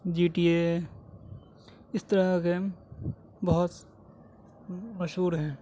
G T A اس طرح کے گیم بہت مشہور ہیں